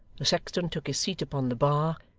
the sexton took his seat upon the bar,